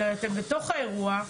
אבל אתם בתוך האירוע.